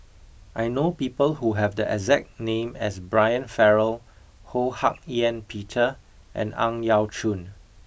I know people who have the exact name as Brian Farrell Ho Hak Ean Peter and Ang Yau Choon